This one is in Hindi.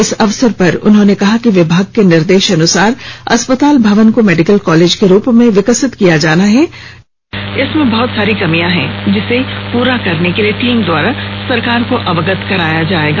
इस अवसर पर उन्होंने कहा कि विभाग के निर्देशानुसार अस्पताल भवन को मेडिकल कॉलेज के रूप में विकसित किया जाना है इसमें बहत सारी कमियां हैं जिसे पूरा करने के लिए टीम द्वारा सरकार को अवगत कराया जाएगा